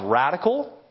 radical